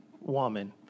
woman